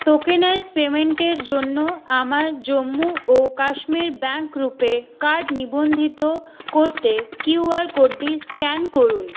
tokenised পেমেন্টের জন্য আমার জম্মু ও কাশ্মীর ব্যাঙ্ক রুপে কার্ড নিবন্ধিত করতে কিউআর কোডটি স্ক্যান করুন